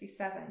1967